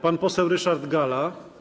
Pan poseł Ryszard Galla?